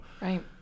right